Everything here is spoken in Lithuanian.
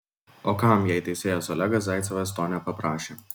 o kam jei teisėjas olegas zaicevas to nepaprašė